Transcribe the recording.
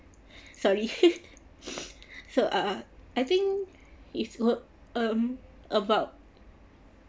sorry so err I think it's um about